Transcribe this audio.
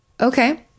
okay